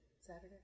Saturday